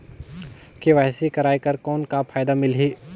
KYC कराय कर कौन का फायदा मिलही?